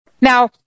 Now